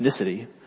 ethnicity